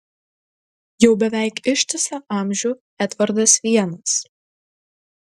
jau beveik ištisą amžių edvardas vienas